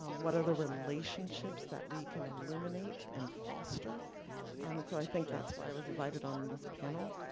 um what are the relationships that we can illuminate and foster? um and so, i think that's why i was invited on this panel.